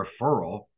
referral